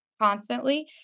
constantly